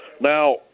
Now